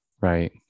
Right